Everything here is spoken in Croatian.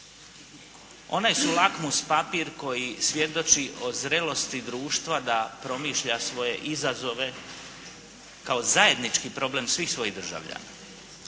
one su lakmus papir koji svjedoči o zrelosti društva da promišlja svoje izazove kao zajednički problem svih svojih državljana.